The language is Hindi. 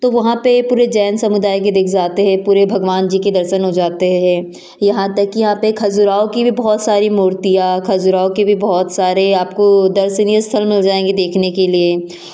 तो वहाँ पे पूरे जैन समुदाय के दिख जाते हैं पूरे भगवान जी के दर्शन हो जाते हैं यहाँ तक की यहाँ पे खज़ुराहो की भी बहुत सारी मूर्तियाँ खज़ुराहो की भी बहुत सारे आपको दर्शनीय स्थल मिल जाएँगे देखने के लिए